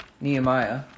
Nehemiah